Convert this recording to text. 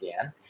again